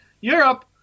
Europe